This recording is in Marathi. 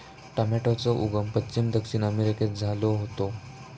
टॉमेटोचो उगम पश्चिम दक्षिण अमेरिकेत झालो होतो